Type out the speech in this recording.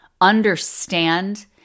understand